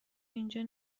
اینجا